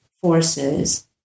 forces